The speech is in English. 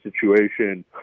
situation